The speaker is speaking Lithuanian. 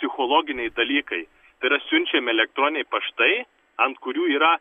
psichologiniai dalykai tai yra siunčiami elektroniniai paštai ant kurių yra